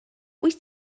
wyt